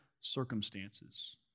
circumstances